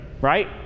right